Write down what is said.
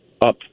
up